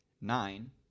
Nine